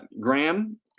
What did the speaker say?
Graham